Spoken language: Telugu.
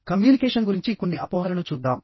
కమ్యూనికేషన్ గురించి కొన్ని అపోహలను చూద్దాం